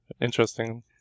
interesting